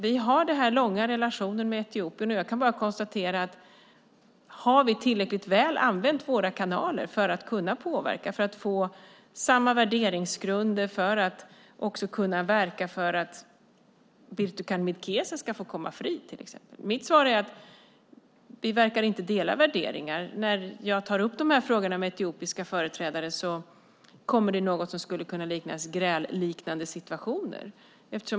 Vi har en lång relation med Etiopien, och jag kan bara fråga mig om vi tillräckligt väl har använt våra kanaler för att kunna påverka för att få samma värderingsgrunder och för att kunna verka för att Birtukan Mideksa ska komma fri, till exempel. Mitt svar är att vi inte verkar dela värderingarna. När jag tar upp frågorna med etiopiska företrädare kommer det till något som skulle kunna vara grälliknande situationer.